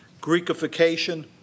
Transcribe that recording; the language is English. Greekification